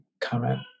comment